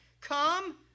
Come